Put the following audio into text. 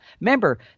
Remember